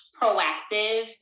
proactive